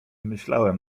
myślałem